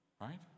right